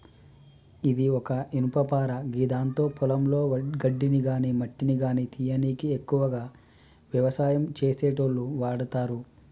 ఇది ఒక ఇనుపపార గిదాంతో పొలంలో గడ్డిని గాని మట్టిని గానీ తీయనీకి ఎక్కువగా వ్యవసాయం చేసేటోళ్లు వాడతరు